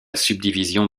subdivision